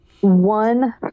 one